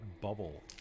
bubble